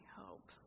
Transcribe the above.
hope